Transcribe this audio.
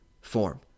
form